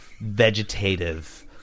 vegetative